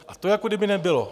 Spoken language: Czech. A to jako kdyby nebylo.